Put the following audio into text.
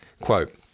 quote